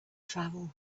travel